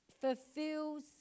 fulfills